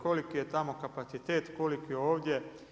Koliki je tamo kapacitet, koliki je ovdje.